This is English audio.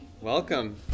Welcome